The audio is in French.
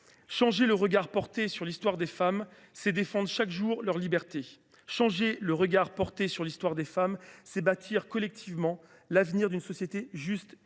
Changer le regard porté sur l’histoire des femmes, c’est défendre chaque jour la liberté de ces dernières. Changer le regard porté sur l’histoire des femmes, c’est bâtir collectivement l’avenir d’une société juste et